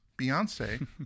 Beyonce